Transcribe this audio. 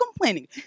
complaining